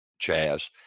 Chaz